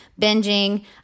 binging